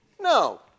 No